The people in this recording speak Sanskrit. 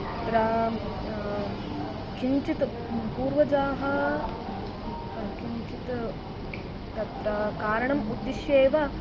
अत्र किञ्चित् पूर्वजाः किञ्चित् तत्र कारणम् उद्दिश्येव